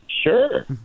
Sure